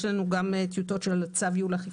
יש לנו גם טיוטות של צו ייעול אכיפה,